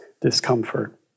discomfort